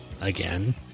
Again